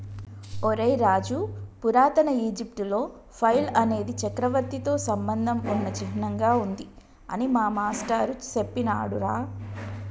ఒరై రాజు పురాతన ఈజిప్టులో ఫైల్ అనేది చక్రవర్తితో సంబంధం ఉన్న చిహ్నంగా ఉంది అని మా మాష్టారు సెప్పినాడురా